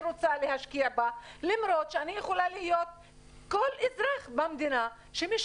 רוצה להשקיע בהם למרות שאני שיכולה להיות אזרח במדינה וכמו כל